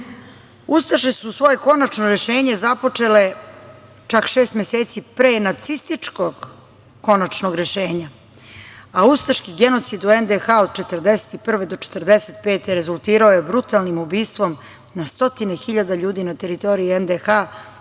Ustaše su svoje konačno rešenje započele čak šest meseci pre nacističkog konačnog rešenja, a ustaški genocid u NDH od 1941. do 1945. godine rezultirao je brutalnim ubistvom na stotine hiljade ljudi na teritoriji NDH,